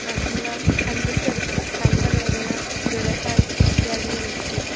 अतीव कण्ठज्वरः कण्ठवेदना ज्वरः इत्यादिकम् अस्ति